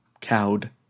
cowed